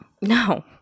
No